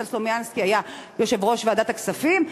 כשניסן סלומינסקי היה יושב-ראש ועדת הכספים.